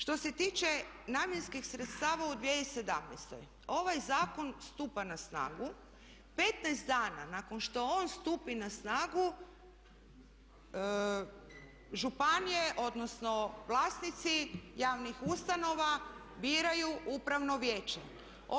Što se tiče namjenskih sredstava u 2017. ovaj zakon stupa na snagu 15 dana nakon što on stupi na snagu županije odnosno vlasnici javnih ustanova biraju upravno vijeće.